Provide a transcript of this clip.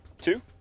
two